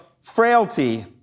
frailty